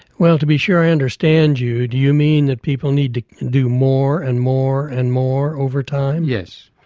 well to be sure i understand you do you mean that people need to do more, and more, and more over time? yes.